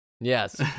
Yes